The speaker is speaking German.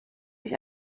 sich